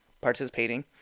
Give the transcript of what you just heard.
participating